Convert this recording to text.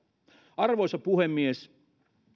arvoisa puhemies